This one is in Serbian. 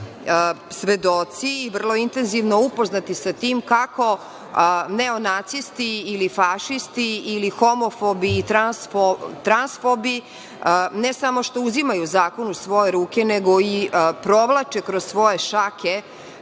svedoci i vrlo intenzivno upoznati sa tim kako neonacisti ili fašisti ili homofobi i transfobi, ne samo što uzimaju zakon u svoje ruke, nego i provlače kroz svoje šake